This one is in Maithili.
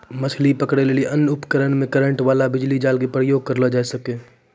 मछली पकड़ै लेली अन्य उपकरण मे करेन्ट बाला जाल भी प्रयोग करलो जाय छै